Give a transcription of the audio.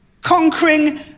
conquering